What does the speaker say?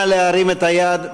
נא להרים את היד.